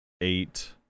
eight